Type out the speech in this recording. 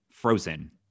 Frozen